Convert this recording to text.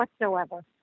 whatsoever